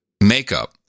makeup